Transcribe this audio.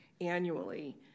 annually